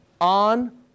on